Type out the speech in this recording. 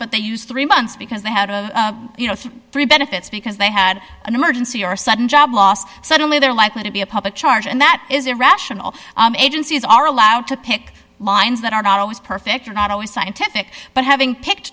but they used three months because they had you know three benefits because they had an emergency or sudden job loss suddenly they're likely to be a public charge and that is irrational agencies are allowed to pick lines that are not always perfect or not always scientific but having picked